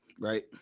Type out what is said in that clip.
Right